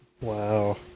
Wow